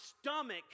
stomach